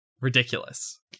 ridiculous